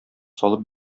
салып